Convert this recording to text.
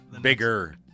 bigger